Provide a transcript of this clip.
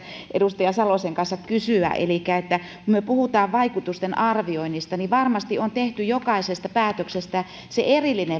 edustaja salosen kanssa kysyä kun me puhumme vaikutusten arvioinnista niin varmasti on tehty jokaisesta päätöksestä se erillinen